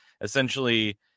essentially